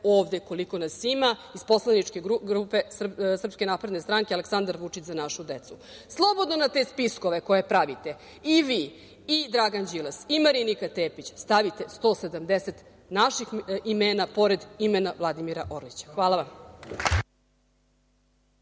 ovde, koliko nas ima iz poslaničke grupe SNS Aleksandar Vučić - Za našu decu, slobodno na te spiskove koje pravite i vi i Dragan Đilas i Marinika Tepić stavite 170 naših imena pored imena Vladimira Orlića. Hvala vam.